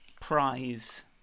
prize